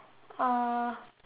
uh